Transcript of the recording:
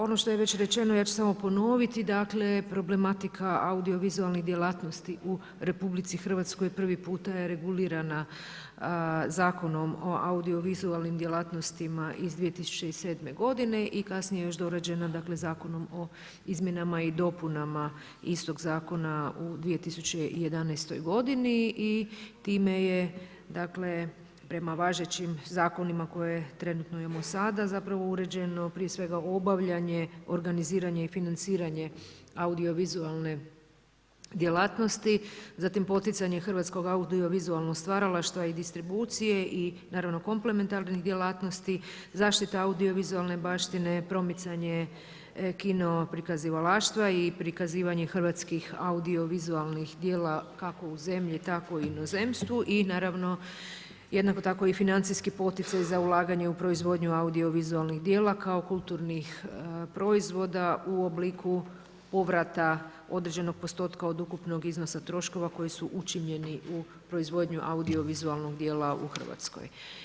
Ono što je već rečeno, ja ću samo ponoviti, dakle problematika audiovizualnih djelatnosti u RH prvi puta je regulirana Zakonom o audiovizualnim djelatnostima iz 2007. godine i kasnije još dorađena Zakonom o izmjenama i dopunama istog zakona u 2011. godini i time je prema važećim zakonima koje trenutno imamo sada uređeno prije svega obavljanje, organiziranje i financiranje audiovizualne djelatnosti, zatim poticanje audiovizualnog stvaralaštva i distribucije i komplementarnih djelatnosti, zaštita audiovizualne baštine, promicanje kino prikazivalaštva i prikazivanje hrvatskih audiovizualnih djela kako u zemlji tako i u inozemstvu i jednako tako financijski poticaj za ulaganje u proizvodnju audiovizualnih djela kao kulturnih proizvoda u obliku povrata određenog postotka od ukupnog iznosa troškova koji su učinjeni u proizvodnji audiovizualnog djela u Hrvatskoj.